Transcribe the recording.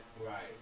right